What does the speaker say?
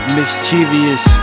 mischievous